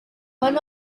one